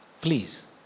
Please